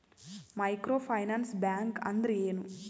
Micro finance bank ಅಂದ್ರ ಏನು?